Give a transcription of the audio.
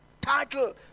title